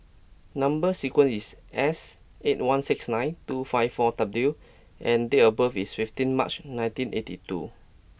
number sequence is S eight one six nine two five four W and date of birth is fifteen March nineteen eighty two